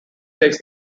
takes